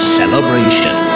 celebration